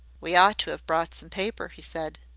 we ought to have brought some paper, he said.